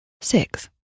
six